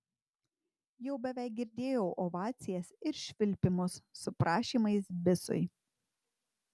jau beveik girdėjau ovacijas ir švilpimus su prašymais bisui